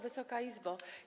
Wysoka Izbo!